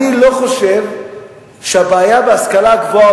אני לא חושב שהבעיה בהשכלה הגבוהה,